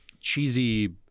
cheesy